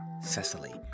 Cecily